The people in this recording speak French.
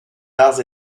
arts